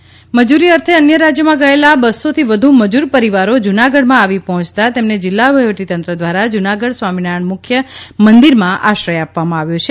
જૂનાગઢ શ્રમિકો મજૂરી અર્થે અન્ય રાજ્યોમાં ગયેલા બસ્સોથી વધુ મજૂર પરિવારો જૂનાગઢમાં આવી પહોંચતા તેમને જિલ્લા વહીવટીતંત્ર દ્વારા જૂનાગઢ સ્વામિનારાયણ મુખ્ય મંદિરમાં આશ્રય આપવામાં આવ્યો છે